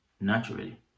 naturally